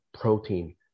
protein